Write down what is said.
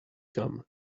gum